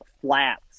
flats